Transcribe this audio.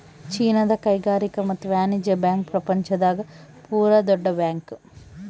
ಚೀನಾದ ಕೈಗಾರಿಕಾ ಮತ್ತು ವಾಣಿಜ್ಯ ಬ್ಯಾಂಕ್ ಪ್ರಪಂಚ ದಾಗ ಪೂರ ದೊಡ್ಡ ಬ್ಯಾಂಕ್